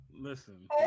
Listen